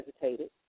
hesitated